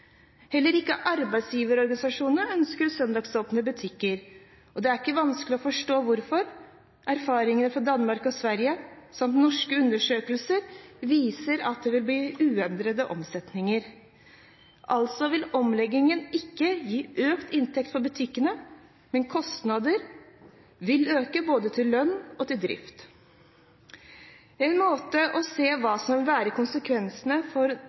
Heller ikke arbeidsgiverorganisasjonene ønsker søndagsåpne butikker, og det er ikke vanskelig å forstå hvorfor. Erfaringene fra Danmark og Sverige samt norske undersøkelser viser at det vil bli uendret omsetning. Altså vil omleggingen ikke gi økt inntekt for butikkene, men kostnadene både til lønn og til drift vil øke. En måte å se på hva som vil være konsekvensene for